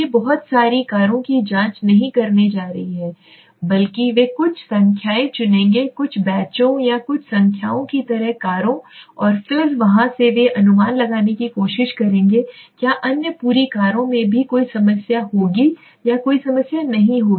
वे बहुत सारी कारों की जाँच नहीं करने जा रहे हैं बल्कि वे कुछ संख्याएँ चुनेंगे कुछ बैचों या कुछ संख्याओं की तरह कारों और फिर वहाँ से वे अनुमान लगाने की कोशिश करेंगे क्या अन्य पूरी कारों में भी कोई समस्या होगी या कोई समस्या नहीं होगी